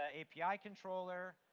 ah api controller.